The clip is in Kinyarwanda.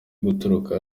guturuka